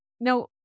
now